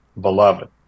beloved